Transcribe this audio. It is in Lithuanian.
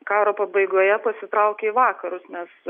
karo pabaigoje pasitraukė į vakarus nes